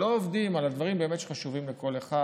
לא עובדים על הדברים שחשובים לכל אחד,